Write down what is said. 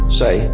say